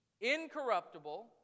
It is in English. incorruptible